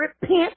repent